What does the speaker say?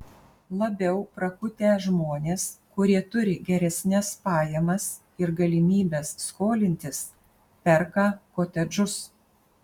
labiau prakutę žmonės kurie turi geresnes pajamas ir galimybes skolintis perka kotedžus